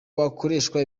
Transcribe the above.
bakoreshwa